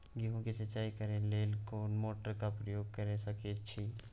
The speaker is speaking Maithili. गेहूं के सिंचाई करे लेल कोन मोटर के प्रयोग कैर सकेत छी?